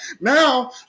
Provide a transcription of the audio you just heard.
Now